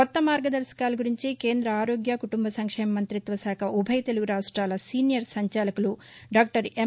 కొత్త మార్గదర్శకాల గురించి కేంద్ర ఆరోగ్య కుటుంబ సంక్షేమ మంతిత్వ శాఖ ఉభయ తెలుగు రాష్టాల సీనియర్ సంచాలకులు డాక్టర్ ఎం